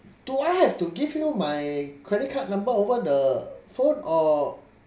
do I have to give you my credit card number over the phone or